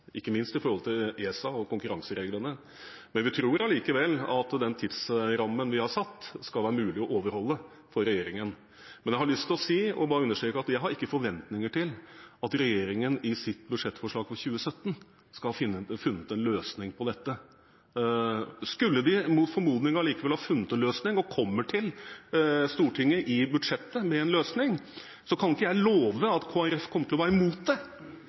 ikke minst når det gjelder ESA og konkurransereglene. Vi tror allikevel at den tidsrammen vi har satt, skal være mulig å overholde for regjeringen, men jeg har lyst til å understreke at jeg ikke har forventninger til at regjeringen i sitt budsjettforslag for 2017 skal ha funnet en løsning på dette. Skulle de mot formodning allikevel ha funnet en løsning og kommer til Stortinget med en løsning i budsjettet, så kan ikke jeg love at Kristelig Folkeparti kommer til å være imot det